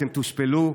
אתם תושפלו,